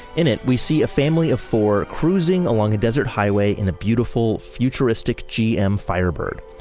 in it, we see a family of four cruising along a desert highway in a beautiful futuristic gm firebird.